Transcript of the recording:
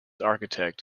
architect